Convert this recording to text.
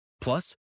Plus